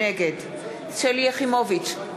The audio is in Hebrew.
נגד שלי יחימוביץ,